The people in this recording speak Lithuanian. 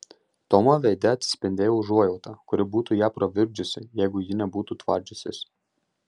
tomo veide atsispindėjo užuojauta kuri būtų ją pravirkdžiusi jeigu ji nebūtų tvardžiusis